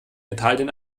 italien